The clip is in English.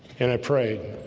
and i prayed